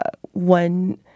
one